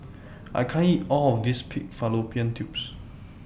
I can't eat All of This Pig Fallopian Tubes